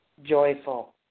Joyful